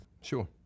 Sure